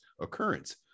occurrence